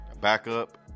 Backup